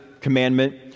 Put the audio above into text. commandment